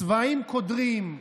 צבעים קודרים,